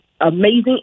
amazing